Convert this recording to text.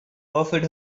offered